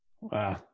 Wow